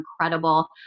incredible